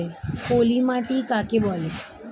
পলি মাটি কাকে বলে?